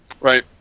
Right